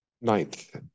Ninth